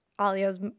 Alia's